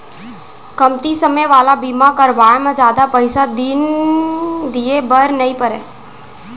कमती समे वाला बीमा करवाय म जादा पइसा दिए बर नइ परय